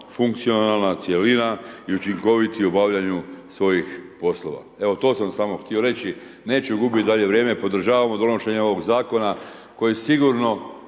funkcionalna cjelina i učinkoviti u obavljanju svojih poslova. Evo, to sam samo htio reći. Neću gubiti dalje vrijeme. Podržavamo donošenje ovoga Zakona koji sigurno